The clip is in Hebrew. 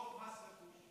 חוק מס רכוש,